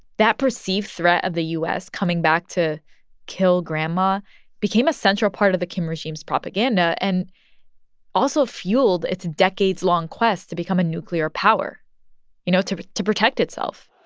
that perceived threat of the u s. coming back to kill grandma became a central part of the kim regime's propaganda and also fueled its decades-long quest to become a nuclear power you know, to to protect itself